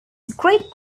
great